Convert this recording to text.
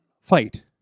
Fight